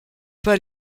pas